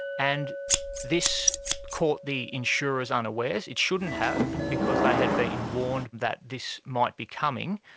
and this caught the insurers unawares. it shouldn't have because they had been warned that this might be coming.